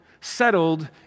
settled